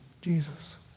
Jesus